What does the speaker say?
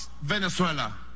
Venezuela